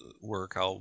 work